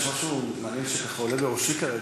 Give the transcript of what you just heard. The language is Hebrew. יש משהו מעניין שככה עולה בראשי כרגע: